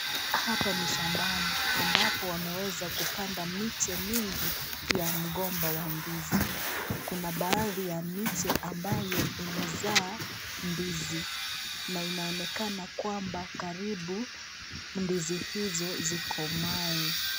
Hapa ni shambani ambapo wameweza kupanda miche mingi ya mgomba wa ndizi . Kuna baadhi ya miche ambayo imezaa ndizi na inaonekana kwamba karibu ndizi hizo zikomae.